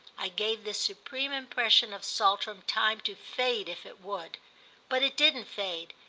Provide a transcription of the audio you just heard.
i gave this supreme impression of saltram time to fade if it would but it didn't fade,